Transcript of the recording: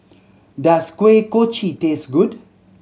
does Kuih Kochi taste good